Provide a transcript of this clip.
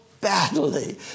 badly